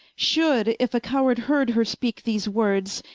should, if a coward heard her speake these words,